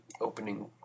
opening